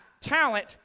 talent